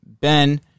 Ben